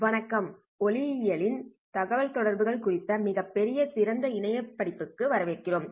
வணக்கம் ஒளியியல் தகவல்தொடர்புகள் குறித்த மிகப்பெரிய திறந்த இணைய படிப்புக்கு வரவேற்கிறோம்